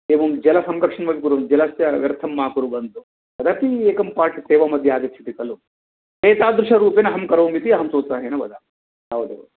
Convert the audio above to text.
एवं जलसंरक्षणमपि कुर्वन्तु जलस्य व्यर्थं मा कुर्वन्तु तदपि एकं पार्ट् सेवा मध्ये आगच्छति खलु एतादृशरूपेण अहं करोमि इति सोत्साहेन वदामि तावदेव